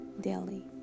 Daily